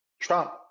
Trump